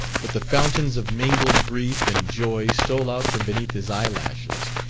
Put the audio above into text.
but the fountains of mingled grief and joy stole out from beneath his eye lashes,